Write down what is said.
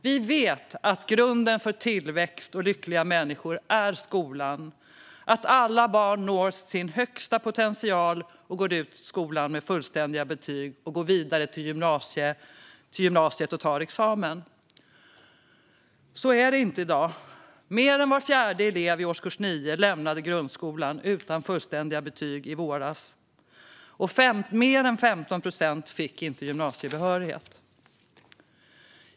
Vi vet att grunden för tillväxt och lyckliga människor är skolan - att alla barn når sin största potential, går ut skolan med fullständiga betyg, går vidare till gymnasiet och tar examen. Så är det inte i dag. Mer än var fjärde elev i årskurs 9 lämnade grundskolan utan fullständiga betyg i våras, och mer än 15 procent fick inte gymnasiebehörighet.